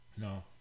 No